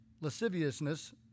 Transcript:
lasciviousness